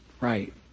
right